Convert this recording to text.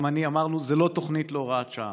וגם אני, אמרנו: זו לא תוכנית להוראת שעה.